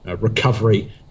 recovery